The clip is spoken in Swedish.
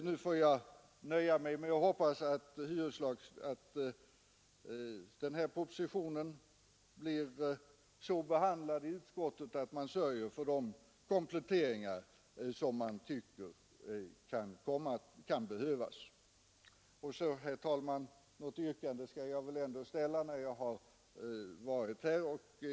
Nu får jag nöja mig med att hoppas att propositionen blir så behandlad i utskottet att man där sörjer för att skaffa fram de kompletteringar som man tycker kan behövas. Något yrkande skall jag väl ändå ställa, när jag nu har tagit till orda.